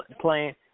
Playing